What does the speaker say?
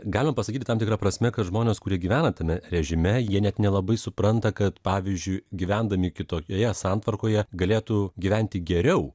galima pasakyti tam tikra prasme kad žmonės kurie gyvena tame režime jie net nelabai supranta kad pavyzdžiui gyvendami kitokioje santvarkoje galėtų gyventi geriau